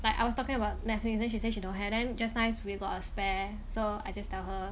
like I was talking about Netflix then she say she don't have then just nice we've got a spare so I just tell her